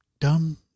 dumb